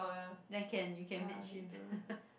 then can you can match him